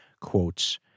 quotes